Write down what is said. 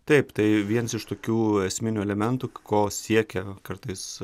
taip tai vienas iš tokių esminių elementų ko siekia kartais